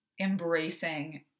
embracing